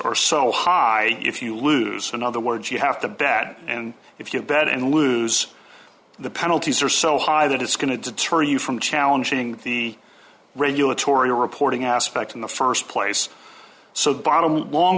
are so high if you lose in other words you have to bat and if you bet and lose the penalties are so high that it's going to deter you from challenging the regulatory reporting aspect in the st place so the bottom along